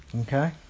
Okay